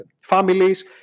families